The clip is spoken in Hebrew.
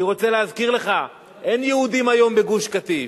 אני רוצה להזכיר לך, אין יהודים היום בגוש-קטיף,